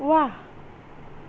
ৱাহ